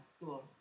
school